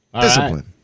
Discipline